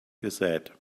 gesät